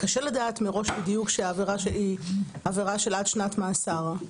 קשה לדעת מראש בדיוק שהעבירה היא עבירה של עד שנת מאסר.